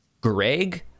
Greg